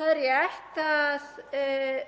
Það er rétt að